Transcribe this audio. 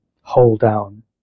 hold-down